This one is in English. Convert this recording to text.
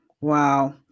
Wow